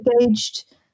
engaged